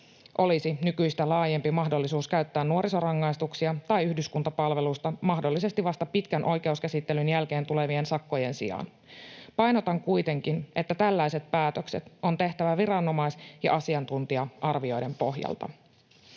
olisi nykyistä laajempi mahdollisuus käyttää nuorisorangaistuksia tai yhdyskuntapalvelusta mahdollisesti vasta pitkän oikeuskäsittelyn jälkeen tulevien sakkojen sijaan. Painotan kuitenkin, että tällaiset päätökset on tehtävä viranomais- ja asiantuntija-arvioiden pohjalta.